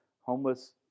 homeless